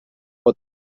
pot